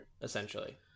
Essentially